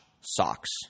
socks